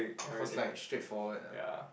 cause like straightforward ah